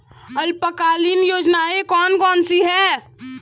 अल्पकालीन योजनाएं कौन कौन सी हैं?